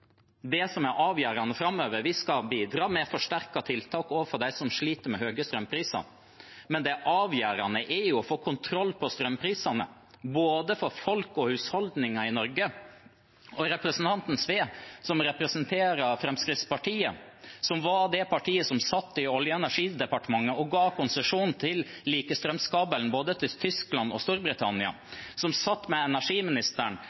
det avgjørende framover er jo å få kontroll på strømprisene, for både folk og husholdninger i Norge. Representanten Sve representerer Fremskrittspartiet, som var det partiet som satt i Olje- og energidepartementet og ga konsesjon til likestrømskabel både til Tyskland og Storbritannia. De satt med energiministeren